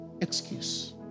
excuse